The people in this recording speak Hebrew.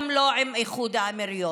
גם לא עם איחוד האמירויות.